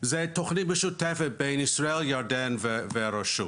זה תוכנית משותפת בין ישראל, ירדן והרשות.